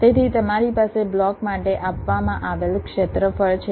તેથી તમારી પાસે બ્લોક માટે આપવામાં આવેલ ક્ષેત્રફળ છે